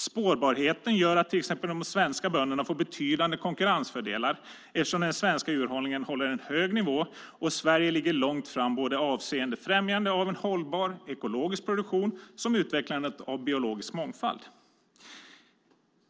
Spårbarheten gör att till exempel de svenska bönderna får betydande konkurrensfördelar eftersom den svenska djurhållningen håller en hög nivå och Sverige ligger långt framme både avseende främjande av en hållbar ekologisk produktion och utvecklandet av biologisk mångfald.